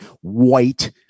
white